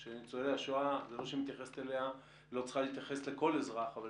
לא שהיא לא צריכה להתייחס אל כל אזרח אבל